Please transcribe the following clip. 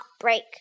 break